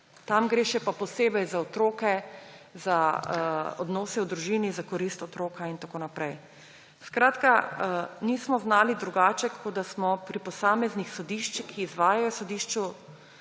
Tam gre še pa posebej za otroke, za odnose v družini, za korist otroka in tako naprej. Skratka, nismo znali drugače, kot da smo pri posameznih sodiščih, ki izvajajo